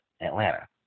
Atlanta